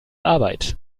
arbeit